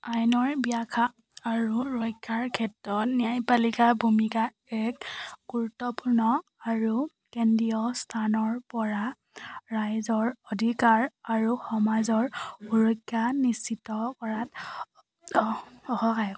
আইনৰ ব্যাখ্যা আৰু ৰক্ষাৰ ক্ষেত্ৰত ন্যায়পালিকাৰ ভূমিকা এক গুৰুত্বপূৰ্ণ আৰু কেন্দ্ৰীয় স্থানৰ পৰা ৰাইজৰ অধিকাৰ আৰু সমাজৰ সুৰক্ষা নিশ্চিত কৰাত অসহায়